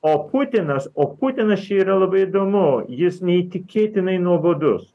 o putinas o putinas čia yra labai įdomu jis neįtikėtinai nuobodus